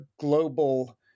global